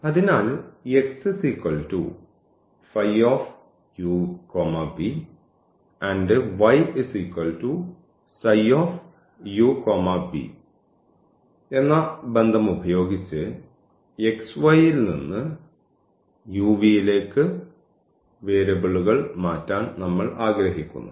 അതിനാൽ y ψ u v എന്ന ഈ ബന്ധം ഉപയോഗിച്ച് x y ൽ നിന്ന് u v ലേക്ക് വേരിയബിളുകൾ മാറ്റാൻ നമ്മൾ ആഗ്രഹിക്കുന്നു